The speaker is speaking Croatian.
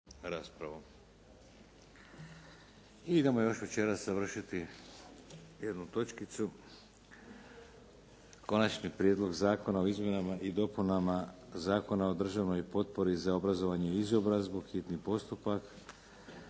proračun. **Bebić, Luka (HDZ)** Konačni prijedlog Zakona o izmjenama i dopunama Zakona o državnoj potpori za obrazovanje i izobrazbu. Bio je hitni postupak,